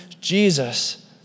Jesus